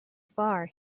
far